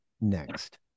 next